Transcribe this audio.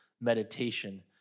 meditation